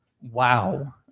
Wow